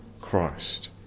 Christ